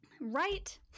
Right